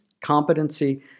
competency